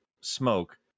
smoke